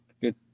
good